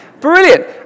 brilliant